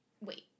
Wait